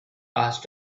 asked